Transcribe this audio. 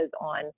on